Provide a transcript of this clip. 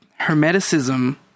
Hermeticism